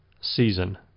season